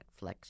Netflix